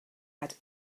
had